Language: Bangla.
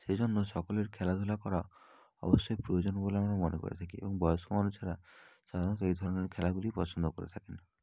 সেজন্য সকলের খেলাধূলা করা অবশ্যই প্রয়োজন বলে আমরা মনে করে থাকি এবং বয়স্ক মানুষেরা সাধারণত এই ধরনের খেলাগুলি পছন্দ করে থাকেন